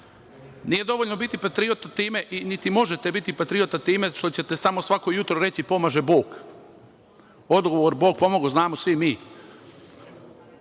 ću. Nije dovoljno biti patriota, niti možete biti patriota time što ćete samo svakog jutra reći „pomaže Bog“. Odgovor „Bog pomogao“ znamo svi